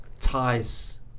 ties